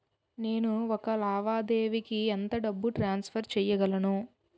నేను ఒక లావాదేవీకి ఎంత డబ్బు ట్రాన్సఫర్ చేయగలను?